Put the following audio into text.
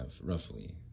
roughly